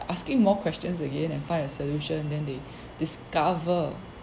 asking more questions again and find a solution then they discover